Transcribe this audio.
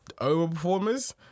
Over-performers